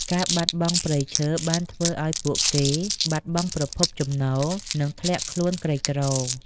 ការបាត់បង់ព្រៃឈើបានធ្វើឱ្យពួកគេបាត់បង់ប្រភពចំណូល និងធ្លាក់ខ្លួនក្រីក្រ។